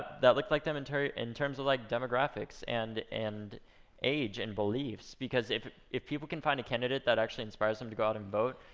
that look like them and in terms of like demographics, and and age, and beliefs. because if if people can find a candidate that actually inspires them to go out and vote,